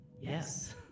Yes